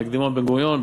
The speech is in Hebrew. נקדימון בן גוריון,